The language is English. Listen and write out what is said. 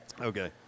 Okay